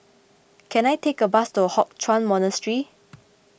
can I take a bus to Hock Chuan Monastery